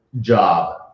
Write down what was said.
job